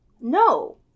No